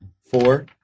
four